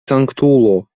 sanktulo